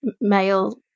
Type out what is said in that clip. male